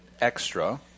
extra